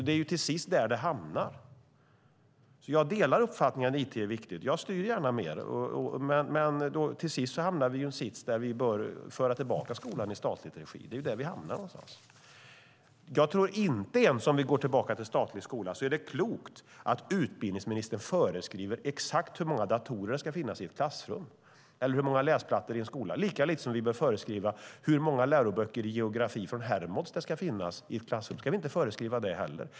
Det är till sist där det hamnar. Jag delar uppfattningen att det är viktigt med it. Jag styr gärna mer. Men till sist hamnar vi i en sits där vi bör föra tillbaka skolan i statlig regi. Det är där vi hamnar. Inte ens om vi går tillbaka till en statlig skola tror jag att det är klokt att utbildningsministern föreskriver exakt hur många datorer som det ska finnas i ett klassrum eller hur många läsplattor det ska finnas i en skola. Lika lite bör vi föreskriva hur många läroböcker i geografi från Hermods det ska finnas i ett klassrum. Det ska vi inte heller föreskriva.